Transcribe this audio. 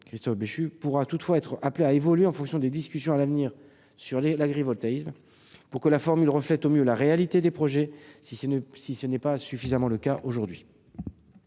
Cette indexation pourra toutefois être appelée à évoluer en fonction des discussions à venir sur l'agrivoltaïsme, pour que la formule reflète mieux la réalité des projets, si tel n'était déjà pas le cas aujourd'hui.